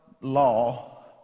law